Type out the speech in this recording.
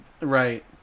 right